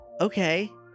Okay